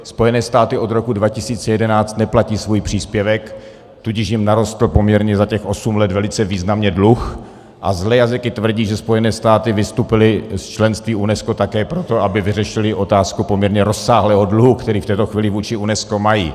Spojené státy od roku 2011 neplatí svůj příspěvek, tudíž jim narostl poměrně za těch osm let velice významně dluh a zlé jazyky tvrdí, že Spojené státy vystoupily z členství v UNESCO také proto, aby vyřešily otázku poměrně rozsáhlého dluhu, který v této chvíli vůči UNESCO mají.